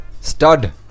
stud